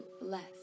less